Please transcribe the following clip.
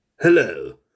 Hello